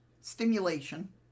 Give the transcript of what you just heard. stimulation